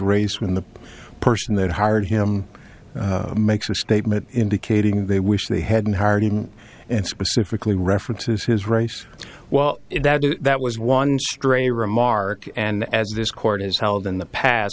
race when the person that hired him makes a statement indicating they wish they hadn't hardened and specifically references his race well that was one stray remark and as this court has held in the past